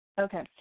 Okay